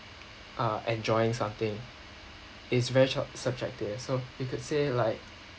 uh enjoying something it is very tro~ subjective so you could say like